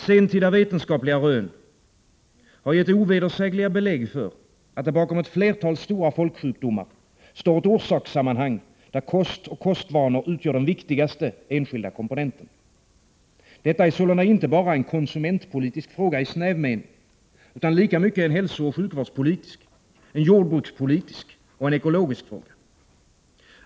Sentida vetenskapliga rön har givit ovedersägliga belägg för att det bakom ett flertal stora folksjukdomar står ett orsakssammanhang där kost och kostvanor utgör de viktigaste enskilda komponenterna. Detta är sålunda inte bara en konsumentpolitisk fråga i snäv mening utan lika mycket en hälsooch sjukvårdspolitisk fråga, en jordbrukspolitisk och ekologisk fråga.